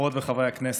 חברות וחברי הכנסת,